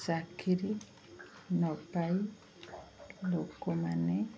ଚାକିରି ନ ପାଇ ଲୋକମାନେ